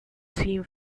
seem